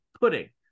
pudding